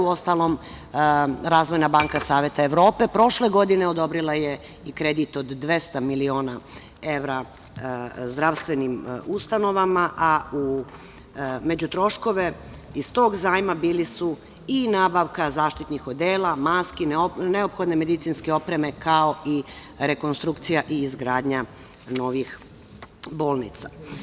Uostalom, Razvojna banka Saveta Evrope prošle godine odobrila je i kredit od 200 miliona evra zdravstvenim ustanovama, a među troškovima iz tog zajma bili su i nabavka zaštitnih odela, maski, neophodne medicinske opreme, kao i rekonstrukcija i izgradnja novih bolnica.